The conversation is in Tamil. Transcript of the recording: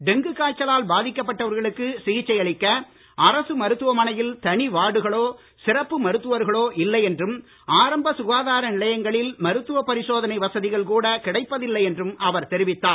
டெங்கு காய்ச்சலால் பாதிக்கப்பட்டவர்களுக்கு சிகிச்சை அளிக்க அரசு மருத்துவமனையில் தனி வார்டுகளோ சிறப்பு மருத்துவர்களோ இல்லை என்றும் ஆரம்ப சுகாதார நிலையங்களில் மருத்துவ பரிசோதனை வசதிகள் கூட கிடைப்பதில்லை என்றும் அவர் தெரிவித்தார்